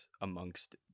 amongst